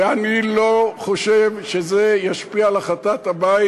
ואני לא חושב שזה ישפיע על החלטת הבית.